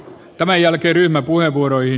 tämänjälkeryhmäpuheenvuorojen